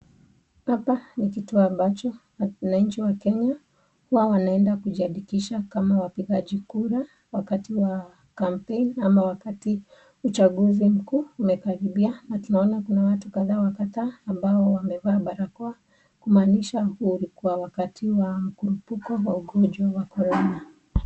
Hapa ni kituo ambacho wananchi wa Kenya huwa wanaenda kujiandikisha kama wapigaji kura wakati wa kampeni ama wakati uchaguzi mkuu umekaribia. Na tunaona kuna watu kadhaa wa kadhaa ambao wamevaa barakoa kumaanisha ulikuwa wakati wa mkurupuko wa ugonjwa wa Corona.